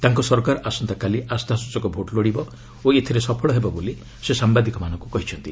ତାଙ୍କ ସରକାର ଆସନ୍ତାକାଲି ଆସ୍ଥାସ୍ଟଚକ ଭୋଟ୍ ଲୋଡ଼ିବ ଓ ଏଥିରେ ସଫଳ ହେବ ବୋଲି ସେ ସାମ୍ବାଦିକମାନଙ୍କୁ କହିଛନ୍ତି